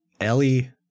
Ellie